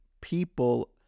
people